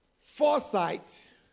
foresight